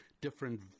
different